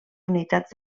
unitats